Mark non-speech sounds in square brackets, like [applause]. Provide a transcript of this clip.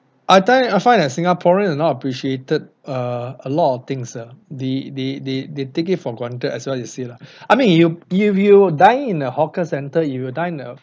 I find I find that singaporeans are not appreciated err a lot of things ah they they they they take it for granted as what you see lah [breath] I mean you if you dine in in a hawker centre you will dine in in a